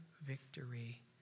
victory